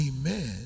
amen